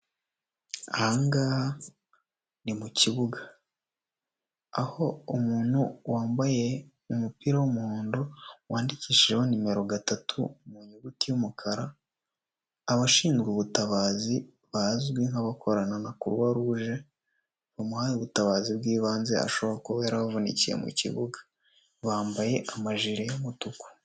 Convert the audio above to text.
Ahangaha ni mu kibuga. Aho umuntu wambaye umupira w'umuhondo wandikishijeho nimero gatatu mu nyuguti y'umukara, abashinzwe ubutabazi bazwi nka bakorana na Kuruwaruje, bamuhaye ubutabazi bw'ibanze ashobora kuba yaravunikiye mu kibuga. Bambaye amajire y'umutuku.